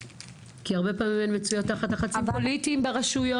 כי הרבה פעמים הן מצויות תחת לחצים פוליטיים ברשויות.